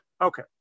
Okay